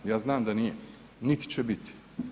Ja znam da nije niti će biti.